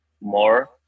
more